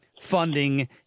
funding